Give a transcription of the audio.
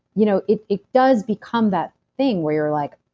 you know it it does become that thing where you're like,